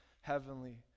heavenly